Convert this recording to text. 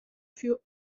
für